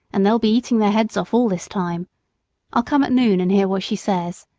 and they'll be eating their heads off all this time i'll come at noon and hear what she says,